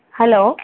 hello